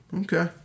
Okay